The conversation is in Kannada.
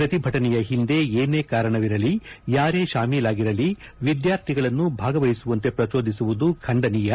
ಪ್ರತಿಭಟನೆಯ ಹಿಂದೆ ಏನೇ ಕಾರಣವಿರಲಿ ಯಾರೇ ಶಾಮೀಲಾಗಿರಲಿ ವಿದ್ಯಾರ್ಥಿಗಳನ್ನು ಭಾಗವಹಿಸುವಂತೆ ಪ್ರಜೋದಿಸುವುದು ಖಂಡನೀಯ